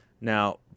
Now